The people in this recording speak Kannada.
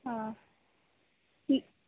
ಹಾಂ ಇ